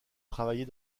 travailler